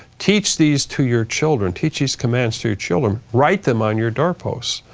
teach these to your children. teach these commands to children. write them on your door posts.